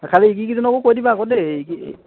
কালি সেই কেইজনকো কৈ দিবা আকৌ দেই কি